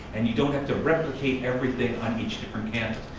and you don't have to replicate everything on each different campus.